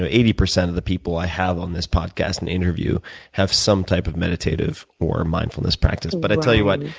eighty percent of the people i have on this podcast and interview have some type of meditative or mindfulness practice. but i tell you what.